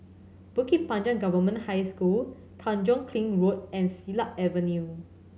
Bukit Panjang Government High School Tanjong Kling Road and Silat Avenue